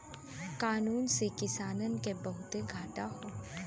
कानून से किसानन के बहुते घाटा हौ